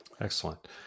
Excellent